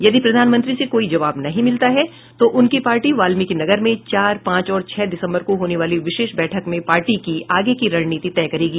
यदि प्रधानमंत्री से कोई जवाब नहीं मिलता है तो उनकी पार्टी वाल्मिकीनगर में चार पांच और छह दिसम्बर को होने वाली विशेष बैठक में पार्टी की आगे की रणनीति तय करेगी